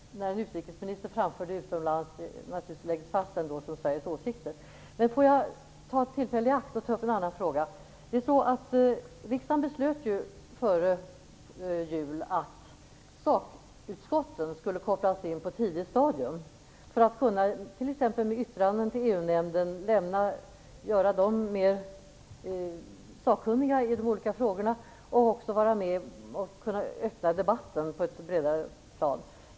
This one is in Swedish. När utrikesministern framför en åsikt utomlands kommer den naturligtvis att läggas fast som Sveriges åsikt. Jag vill ta tillfället i akt att ta upp en annan fråga. Riksdagen beslutade före jul att sakutskotten skulle kopplas in på ett tidigt stadium för att t.ex. genom yttranden till EU-nämnden göra ledamöterna där mera sakkunniga i de olika frågorna, så att de därmed kan vara med och öppna debatten på ett bredare plan.